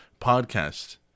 podcast